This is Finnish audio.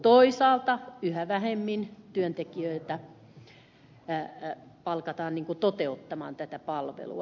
toisaalta yhä vähemmän työntekijöitä palkataan toteuttamaan tätä palvelua